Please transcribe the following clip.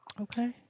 Okay